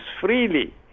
freely